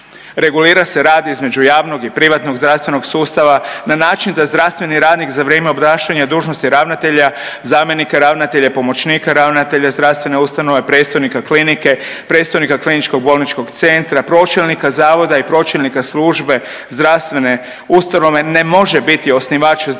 Regulira se rad između javnog i privatnog zdravstvenog sustava na način da zdravstveni radnik za vrijeme obnašanja dužnosti ravnatelja, zamjenika ravnatelja, pomoćnika ravnatelja zdravstvene ustanove, predstojnika klinike, predstojnika kliničkog bolničkog centra, pročelnika zavoda i pročelnika službe zdravstvene ustanove ne može biti osnivač zdravstvene